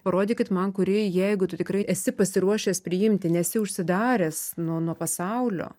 parodykit man kuri jeigu tu tikrai esi pasiruošęs priimti nesi užsidaręs nuo nuo pasaulio